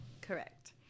Correct